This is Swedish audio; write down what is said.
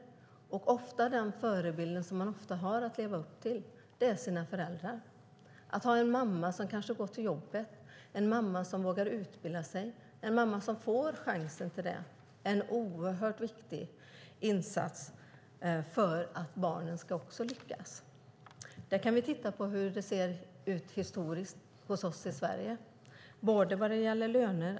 Den förebild som man ofta har är föräldrarna. Att ha en mamma som går till jobbet, en mamma som vågar utbilda sig och får chansen till det, är viktigt för att även barnen ska lyckas. Vi kan titta på hur det ser ut historiskt här i Sverige.